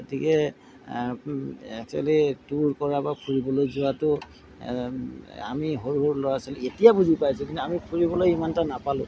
গতিকে actually tour কৰা বা ফুৰিবলৈ যোৱাটো আমি সৰু সৰু ল'ৰা ছোৱালী এতিয়া বুজি পাইছোঁ কিন্তু আমি ফুৰিবলৈ ইমান এটা নাপালোঁ